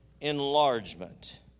enlargement